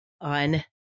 on